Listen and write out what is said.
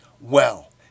Well